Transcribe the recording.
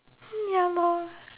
ya lah